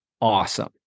awesome